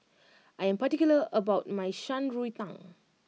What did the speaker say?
I am particular about my Shan Rui Tang